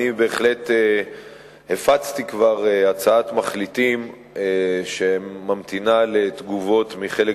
אני בהחלט הפצתי כבר הצעת מחליטים שממתינה לתגובות מחלק